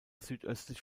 südöstlich